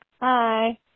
Hi